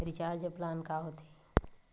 Recharge plan का होथे?